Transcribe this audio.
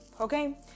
okay